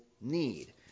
need